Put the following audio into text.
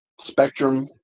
Spectrum